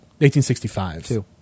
1865